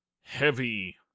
heavy